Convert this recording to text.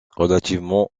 relativement